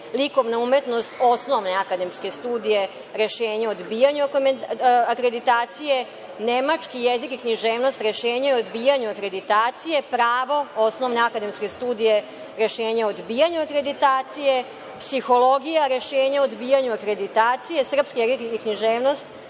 likovna umetnost, osnovne akademske studije - rešenje o odbijanju akreditacije, nemački jezik i književnost - rešenje o odbijanju akreditacije, pravo, osnovne akademske studije - rešenje o odbijanju akreditacije, psihologija - rešenje o odbijanju akreditacije, srpski jezik i književnost